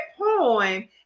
poem